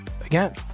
again